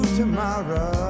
tomorrow